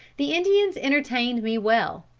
the indians entertained me well,